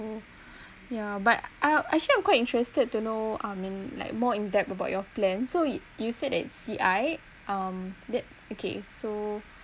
ya but I actually I'm quite interested to know I mean like more in depth about your plan so you said that C_I um that okay so